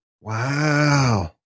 wow